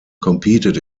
competed